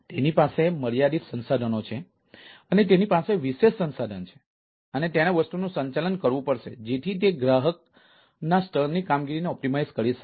તેની પાસે મર્યાદિત સંસાધનો છે અથવા તેની પાસે વિશેષ સંસાધન છે અને તેણે વસ્તુનું સંચાલન કરવું પડશે જેથી તે ગ્રાહક સ્તરની કામગીરીને ઓપ્ટિમાઇઝ કરી શકે